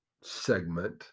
segment